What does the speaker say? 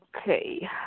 okay